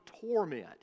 torment